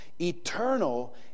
eternal